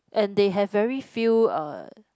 and they have very few uh